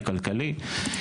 הכלכלי,